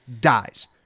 dies